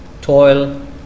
Toil